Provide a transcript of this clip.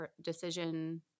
decision